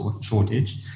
shortage